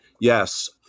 yes